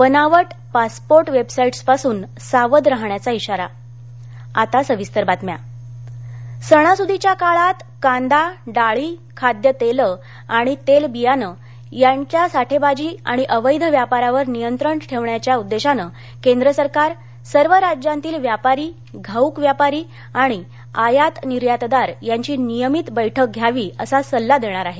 बनावट पासपोर्ट वेबसाईट्सपासून सावध राहण्याचा इशारा अन्न प्रशासन सणासुदीच्या काळात कांदा डाळी खाद्य तेलं आणि तेल बियाणं यांच्या साठेबाजी आणि अवैध व्यापारावर नियंत्रण ठेवण्याच्या उद्देशान केंद्र सरकारनं सर्व राज्यातील व्यापारी घाऊक व्यापारी आणि आयात निर्यातदार यांची नियमित बैठक घ्यावी असा सल्ला देणार आहे